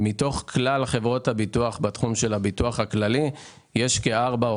אנחנו יודעים שמתוך כלל חברות הביטוח יש כארבע או